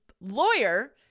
lawyer